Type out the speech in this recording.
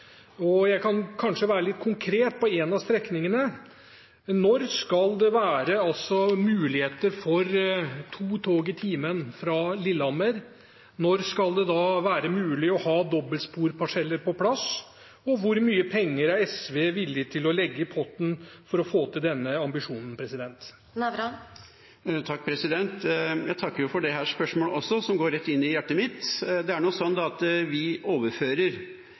Jeg kan kanskje være litt konkret på en av strekningene. Når skal det være muligheter for to tog i timen fra Lillehammer? Når skal det være mulig å ha dobbeltsporparseller på plass? Og hvor mye penger er SV villig til å legge i potten for å få til denne ambisjonen? Jeg takker for dette spørsmålet også, som går rett inn i hjertet mitt. Det er nå sånn at vi overfører